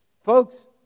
Folks